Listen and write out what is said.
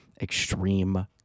extreme